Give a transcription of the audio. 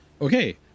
okay